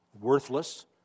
worthless